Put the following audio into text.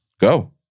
Go